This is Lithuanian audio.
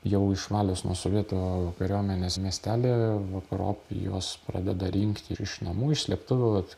jau išvalius nuo sovietų kariuomenės miestelį vakarop juos pradeda rinkti ir iš namų iš slėptuvių vat